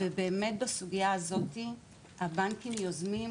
ובסוגיה הזו הבנקים יוזמים,